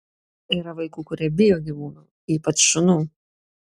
yra vaikų kurie bijo gyvūnų ypač šunų